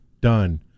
done